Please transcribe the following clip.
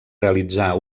realitzar